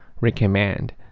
Recommend